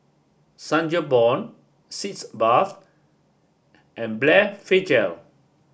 Sangobion Sitz Bath and Blephagel